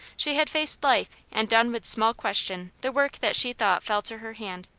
she had faced life and done with small question the work that she thought fell to her hand.